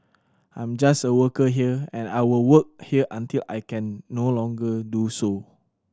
I'm just a worker here and I will work here until I can no longer do so